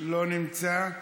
לא נמצא.